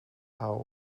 pauw